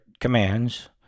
commands